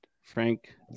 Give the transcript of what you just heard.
Frank